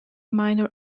minor